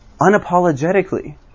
unapologetically